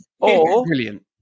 Brilliant